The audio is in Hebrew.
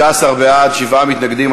16 בעד, שבעה מתנגדים.